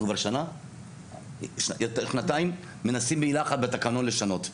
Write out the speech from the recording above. אנחנו כבר שנתיים מנסים מילה אחת בתקנון לשנות.